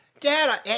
Dad